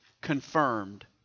confirmed